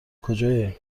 کجای